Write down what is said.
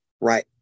right